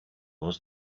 was